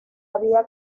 había